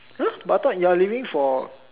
!huh! but I thought you are leaving for